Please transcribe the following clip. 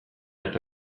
eta